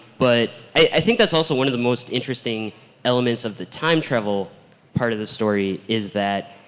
but i think that's also one of the most interesting elements of the time travel part of the story is that,